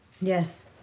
Yes